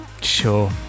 sure